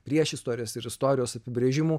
priešistorės ir istorijos apibrėžimų